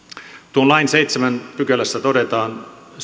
tuon lain seitsemännessä pykälässä todetaan